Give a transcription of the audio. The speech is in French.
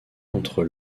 entre